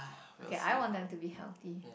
okay I want them to be healthy